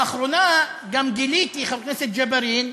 לאחרונה גם גיליתי, חבר הכנסת ג'בארין,